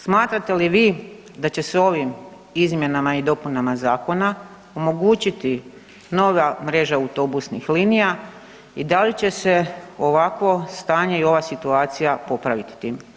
Smatrate li vi da će se ovim izmjenama i dopunama zakona omogućiti nova mreža autobusnih linija i da li će se ovakvo stanje i ova situacija popraviti tim.